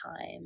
time